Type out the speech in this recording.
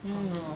mm